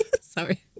Sorry